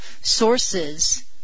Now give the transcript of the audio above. sources